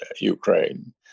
Ukraine